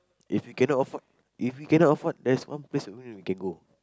if we cannot afford if we cannot afford there's one place that I know we can go